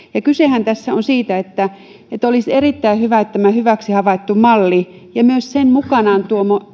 kysehän tässä on siitä että että olisi erittäin hyvä että tämä hyväksi havaittu malli ja myös sen mukanaan